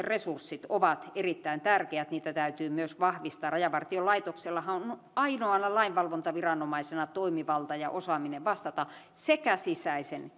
resurssit ovat erittäin tärkeät ja niitä täytyy myös vahvistaa rajavartiolaitoksellahan on ainoana lainvalvontaviranomaisena toimivalta ja osaaminen vastata sekä sisäisen